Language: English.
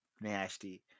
Nasty